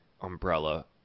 umbrella